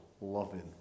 loving